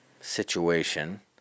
situation